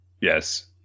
Yes